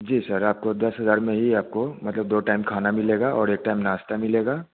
जी sir आपको दस हज़ार में ही आपको मतलब दो टाइम खाना मिलेगा और एक टाइम नाश्ता मिलेगा